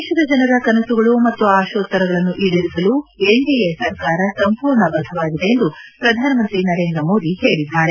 ದೇಶದ ಜನರ ಕನಸುಗಳು ಮತ್ತು ಆಶೋತ್ತರಗಳನ್ನು ಈಡೇರಿಸಲು ಎನ್ಡಿಎ ಸರ್ಕಾರ ಸಂಪೂರ್ಣ ಬದ್ದವಾಗಿದೆ ಎಂದು ಪ್ರಧಾನಮಂತ್ರಿ ನರೇಂದ್ರ ಮೋದಿ ಹೇಳಿದ್ದಾರೆ